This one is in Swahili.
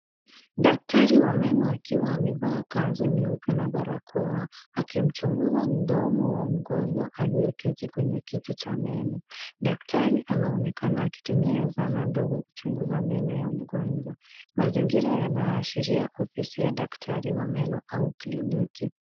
Daktari wa meno akiwa amevaa kanzu nyeupe na barakoa akimchunguza mdomo wa mgonjwa aliyeketi kwenye kiti cha meno. Daktari anaonekana akitumia zana ndogo kuchunguza meno ya mgonjwa, mazingira yanaashiria ofisi ya daktari wa meno au kliniki.